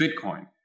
Bitcoin